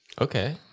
Okay